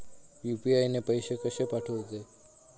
UPI ने पैशे कशे पाठवूचे?